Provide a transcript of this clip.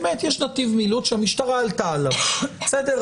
באמת יש נתיב מילוט שהמשטרה עלתה עליו, בסדר?